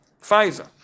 FISA